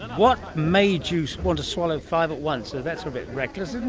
what made you want to swallow five at once? ah that's a bit reckless, and